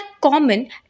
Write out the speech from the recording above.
common